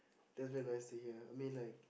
that's very nice to hear I mean like